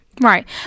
Right